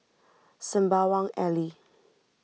Sembawang Alley